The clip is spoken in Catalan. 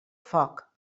foc